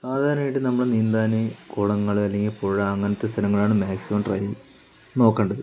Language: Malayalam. സാധാരണയായിട്ട് നമ്മള് നീന്താൻ കുളങ്ങള് അല്ലെങ്കിൽ പുഴ അങ്ങനത്തെ സ്ഥലങ്ങളാണ് മാക്സിമം ട്രൈ നോക്കണ്ടത്